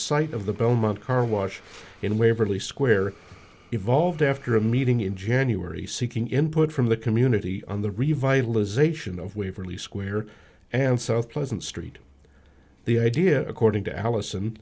site of the belmont carwash in waverly square evolved after a meeting in january seeking input from the community on the revitalization of waverly square and south pleasant street the idea according to allison